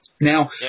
Now